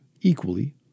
equally